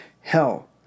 hell